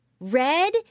Red